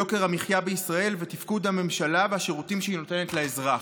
יוקר המחיה בישראל ותפקוד הממשלה והשירותים שהיא נותנת לאזרח.